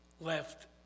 left